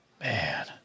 Man